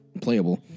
playable